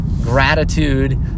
Gratitude